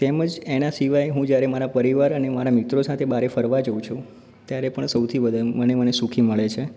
તેમજ એના સિવાય હું જ્યારે મારા પરિવાર અને મારા મિત્રો સાથે બહારે ફરવા જાઉં છું ત્યારે પણ સૌથી વધારે મને મને સુખી મળે છે